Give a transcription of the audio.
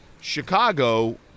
Chicago